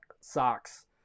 socks